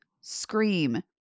scream